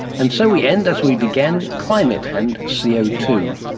and so we end as we began with climate and c o two.